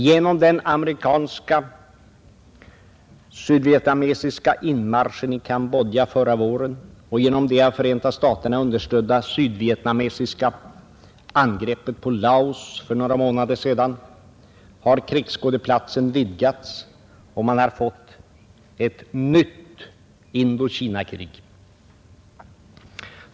Genom den amerikansk-sydvietnamesiska inmarschen i Cambodja förra våren och genom det av Förenta staterna understödda sydvietnamesiska angreppet på Laos för några månader sedan har krigsskådeplatsen vidgats och man har fått ett nytt Indokinakrig.